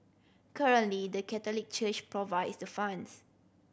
currently the Catholic Church provides the funds